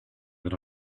that